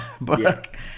book